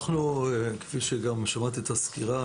כפי שגם שמעתי את הסקירה,